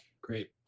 Great